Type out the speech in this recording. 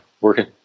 working